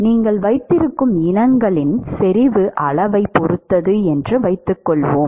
நீங்கள் வைத்திருக்கும் இனங்களின் செறிவு அளவைப் பொறுத்தது என்று வைத்துக்கொள்வோம்